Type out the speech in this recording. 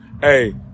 hey